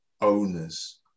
owners